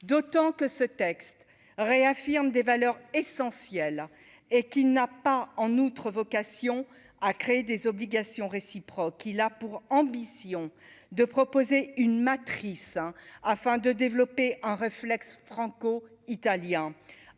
d'autant que ce texte réaffirme des valeurs essentielles et qui n'a pas en outre vocation à créer des obligations réciproques, il a pour ambition de proposer une matrice afin de développer un réflexe franco-italien